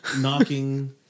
knocking